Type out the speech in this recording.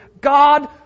God